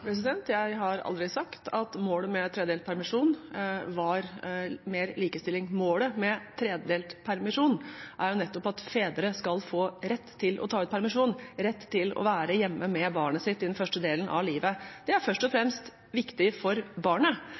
Jeg har aldri sagt at målet med tredelt permisjon var mer likestilling. Målet med tredelt permisjon er at fedre skal få rett til å ta ut permisjon og rett til å være hjemme med barnet sitt den første delen av livet. Det er først og fremst viktig for barnet,